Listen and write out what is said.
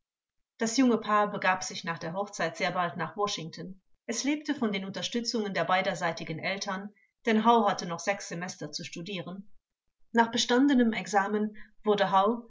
das junge paar begab sich nach der hochzeit sehr bald nach washington es lebte von den unterstützungen der beiderseitigen eltern denn hau hatte noch sechs semester zu studieren nach bestandenem examen wurde